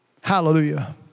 Hallelujah